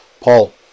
Paul